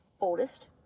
oldest